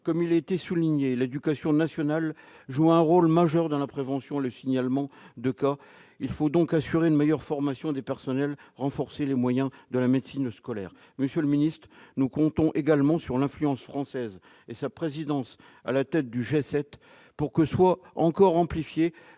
Comme il a été souligné, l'éducation nationale joue un rôle majeur dans la prévention et le signalement de cas. Il faut donc assurer une meilleure formation des personnels et renforcer les moyens de la médecine scolaire. Monsieur le secrétaire d'État, nous comptons également sur l'influence française et sa présidence à la tête du G7 pour que soit encore amplifiée